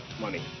money